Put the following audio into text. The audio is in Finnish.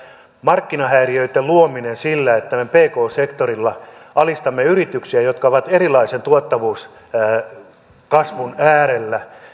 markkinahäiriöitten luominen sillä että me pk sektorilla alistamme yrityksiä jotka ovat erilaisen tuottavuuskasvun äärellä